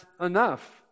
enough